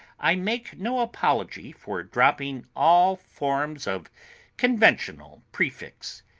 i make no apology for dropping all forms of conventional prefix.